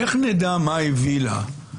איך נדע מה הביא לה?